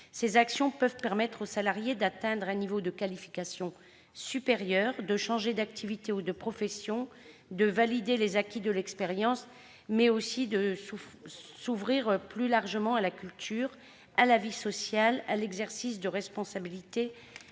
Elles peuvent permettre au salarié non seulement d'atteindre un niveau de qualification supérieur, de changer d'activité ou de profession, de valider les acquis de l'expérience, mais aussi de s'ouvrir plus largement à la culture, à la vie sociale ou à l'exercice de responsabilités